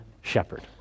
shepherd